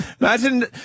Imagine